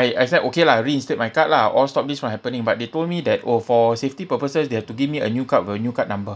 I I said okay lah reinstate my card lah all stop this from happening but they told me that orh for safety purposes they have to give me a new card with a new card number